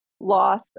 loss